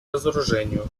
разоружению